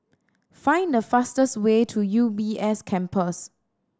find the fastest way to U B S Campus